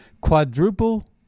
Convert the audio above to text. quadruple